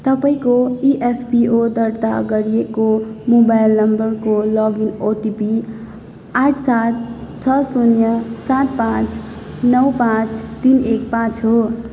तपाईँँको इएफपिओ दर्ता गरिएको मोबाइल नम्बरको लगइन ओटिपी आठ सात छ शून्य सात पाँच नौ पाँच तिन एक पाँच हो